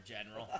General